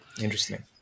interesting